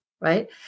right